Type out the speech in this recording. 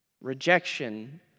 Rejection